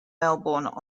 melbourne